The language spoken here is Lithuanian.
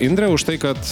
indrę už tai kad